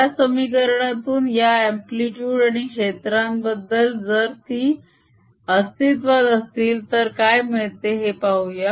या समीकरणातून या अम्प्लीतुड आणि क्षेत्रांबद्दल जर ती अस्तित्वात असतील तर काय मिळते हे पाहूया